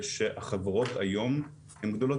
וגם אפשר לראות את זה לפי כמות החברות הכוללת